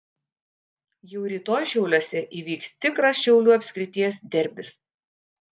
jau rytoj šiauliuose įvyks tikras šiaulių apskrities derbis